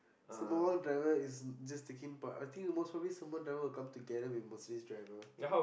Sembawang driver is just taking bus I think the most probably Sembawang driver will come together with Mercedes driver